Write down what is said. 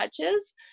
touches